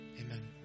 Amen